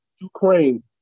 Ukraine